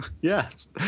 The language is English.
Yes